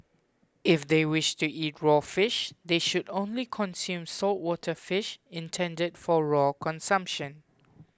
if they wish to eat raw fish they should only consume saltwater fish intended for raw consumption